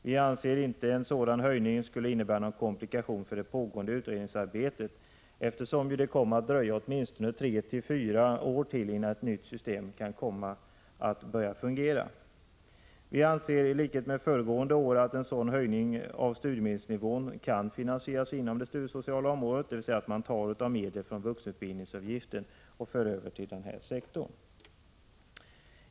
Vi anser inte att en sådan höjning innebär någon komplikation för det pågående utredningsarbetet, eftersom det dröjer åtminstone tre fyra år till innan ett nytt system kan börja fungera. Vi anser liksom föregående år att en sådan höjning av studiemedelsnivån kan finansieras inom det studiesociala området, dvs. att medel från vuxenutbildningsavgiften kan föras över till denna sektor.